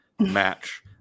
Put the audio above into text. match